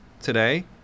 today